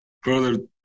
further